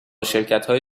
شرکتهای